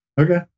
Okay